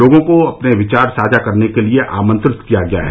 लोगों को अपने विचार साझा करने के लिए आंमत्रित किया गया है